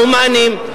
ההומניים,